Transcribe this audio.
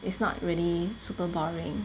is not really super boring